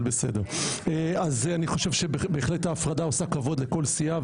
אני חושב שבהחלט ההפרדה עושה כבוד לכל סיעה,